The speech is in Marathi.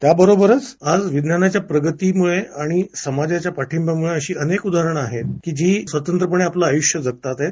त्याबरोबरच आज विज्ञानाच्या प्रगतिम्ळे आणि समाजाच्या पाठिंब्यामुळे अशी अनेक उदाहरणं आहेत की जी स्वतंत्र्यपणे आपलं आयुष्य जगताहेत